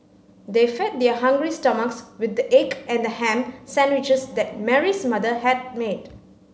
they fed their hungry stomachs with the egg and ham sandwiches that Mary's mother had made